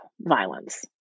violence